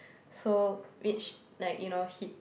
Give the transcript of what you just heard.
so which like you know hit